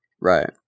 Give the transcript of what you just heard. Right